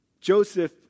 Joseph